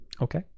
okay